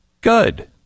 Good